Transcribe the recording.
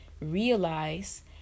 Realize